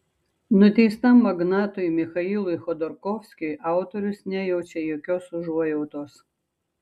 nuteistam magnatui michailui chodorkovskiui autorius nejaučia jokios užuojautos